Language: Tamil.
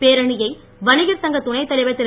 பேரணியை வணிகர் சங்கத் துணை தலைவர் திரு